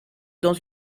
dans